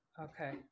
Okay